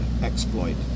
exploit